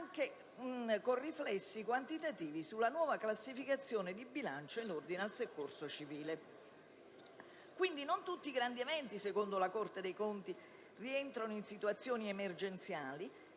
anche con riflessi quantitativi sulla nuova classificazione di bilancio in ordine al soccorso civile. Quindi non tutti i grandi eventi, secondo la Corte dei conti, rientrano in situazioni emergenziali,